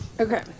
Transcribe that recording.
Okay